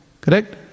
Correct